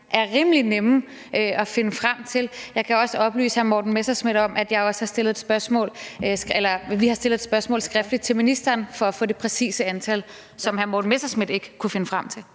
er rimelig nemme at finde frem til? Jeg kan også oplyse hr. Morten Messerschmidt om, at vi har stillet et skriftligt spørgsmål til ministeren for at få det præcise antal, som hr. Morten Messerschmidt ikke kunne finde frem til.